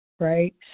right